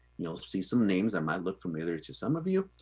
you'll see some names that might look familiar to some of you.